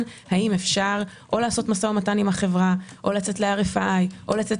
האם אפשר או לעשות משא ומתן עם החברה או לצאת ל-RFI או לצאת